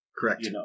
Correct